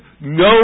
no